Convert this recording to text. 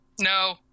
No